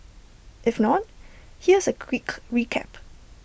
if not here's A quick recap